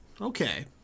Okay